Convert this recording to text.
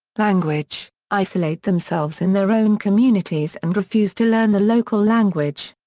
language isolate themselves in their own communities and refuse to learn the local language.